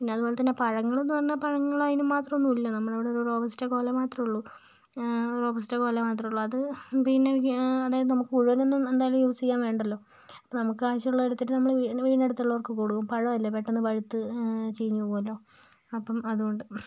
പിന്നെ അതുപോലെ തന്നെ പഴങ്ങളെന്ന് പറഞ്ഞാൽ പഴങ്ങള് അതിനും മാത്രം ഒന്നുമില്ല നമ്മുടെ ഇവിടെ ഒരു റോബസ്റ്റ കുല മാത്രമേ ഉള്ളു റോബസ്റ്റ കുല മാത്രമേ ഉള്ളു അത് പിന്നെ അതായത് നമുക്ക് മുഴുവൻ ഒന്നും എന്തായാലും യൂസ് ചെയ്യാൻ വേണ്ടല്ലോ അപ്പോൾ നമുക്ക് ആവശ്യമുള്ളത് എടുത്തിട്ട് നമ്മൾ വീ വീടിൻ്റെ അടുത്ത് ഉള്ളവർക്ക് കൊടുക്കും പഴം അല്ലെ പെട്ടെന്ന് പഴുത്ത് ചീഞ്ഞ് പോകുമല്ലോ അപ്പം അതുകൊണ്ട്